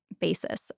basis